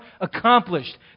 accomplished